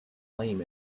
flame